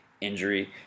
injury